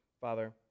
Father